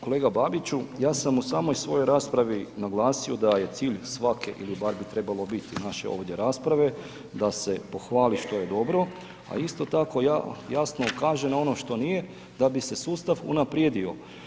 Kolega Babiću, ja sam u samoj svojoj raspravi naglasio da je cilj svake ili bar bi trebalo biti naše ovdje rasprave, da se pohvali što je dobro a isto tako jasno ukaže na ono što nije da bi se sustav unaprijedio.